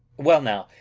well now,